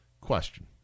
Question